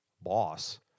boss